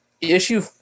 issue